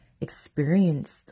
Experienced